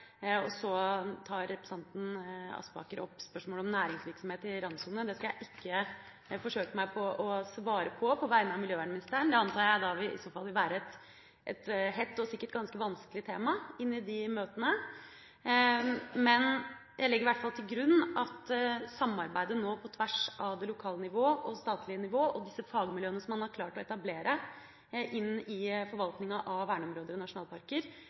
Og så tar representanten Aspaker opp spørsmålet om næringsvirksomhet i randsonen. Det skal jeg ikke forsøke meg på å svare på på vegne av miljøvernministeren. Det antar jeg da i så fall vil være et hett og sikkert ganske vanskelig tema i de møtene. Men jeg legger i hvert fall til grunn at samarbeidet nå, på tvers av det lokale nivå og statlige nivå og disse fagmiljøene som man har klart å etablere inn i forvaltninga av verneområder og nasjonalparker,